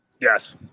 Yes